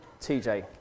TJ